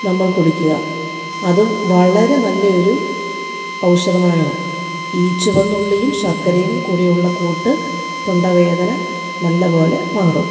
നമ്മൾ കുടിക്കുക അതും വളരെ നല്ലൊരു ഔഷധമാണ് ഈ ചുവന്നുള്ളിയും ശർക്കരയും കൂടിയുള്ള കൂട്ട് തൊണ്ടവേദന നല്ല പോലെ മാറും